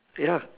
ya